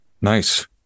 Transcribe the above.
Nice